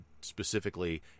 specifically